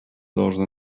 должна